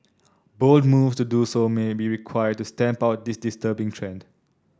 bold moves to do so may be required to stamp out this disturbing trend